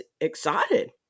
excited